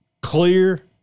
clear